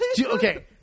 Okay